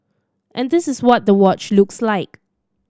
and this is what the watch looks like